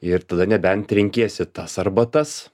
ir tada nebent renkiesi tas arba tas